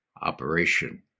operation